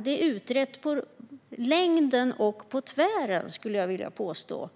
Det är utrett väldigt grundligt på längden och tvären, skulle jag vilja påstå.